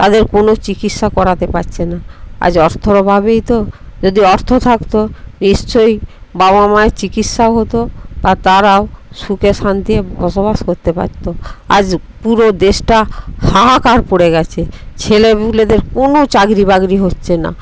তাদের কোনো চিকিৎসা করাতে পাচ্ছে না আজ অর্থর অভাবেই তো যদি অর্থ থাকত নিশ্চয়ই বাবা মায়ের চিকিৎসাও হতো বা তারাও সুখে শান্তিতে বসবাস করতে পারতো আজ পুরো দেশটা হাহাকার পরে গেছে ছেলে পুলেদের কোন চাকরি বাকরি হচ্ছে না